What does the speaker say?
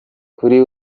kuri